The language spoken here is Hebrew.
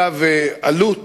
דרך אגב, עלות